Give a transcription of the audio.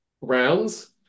rounds